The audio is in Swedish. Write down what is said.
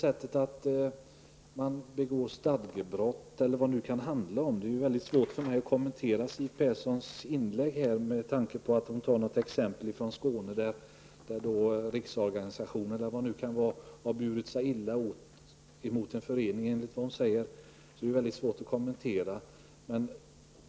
Om det har begåtts stadgebrott, eller vad det nu kan handla om, genom att riksorganisationer, som Siw Persson säger, har burit sig illa åt mot en förening i Skåne, är detta något som jag har mycket svårt att kommentera.